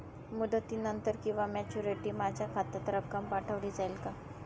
मुदतीनंतर किंवा मॅच्युरिटी माझ्या खात्यात रक्कम पाठवली जाईल का?